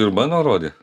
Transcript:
ir mano rodė